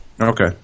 Okay